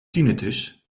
tinnitus